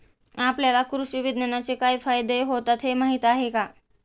आपल्याला कृषी विज्ञानाचे काय फायदे होतात हे माहीत आहे का?